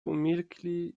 umilkli